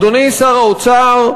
אדוני שר האוצר,